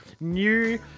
new